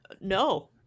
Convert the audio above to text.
no